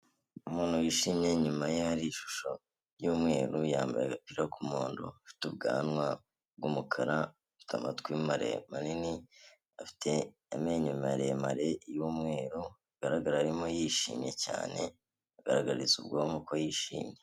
Umuntu wishimye inyuma ye hari ishusho y'umweru yambaye agapira k'umuhondo afite ubwanwa bwumukara afite amatwi manini afite amenyo maremare yumweru, bigaragara arimo yishimye cyane agaragariza ubwoko ko yishimye.